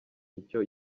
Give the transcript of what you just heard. icyo